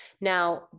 Now